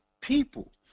people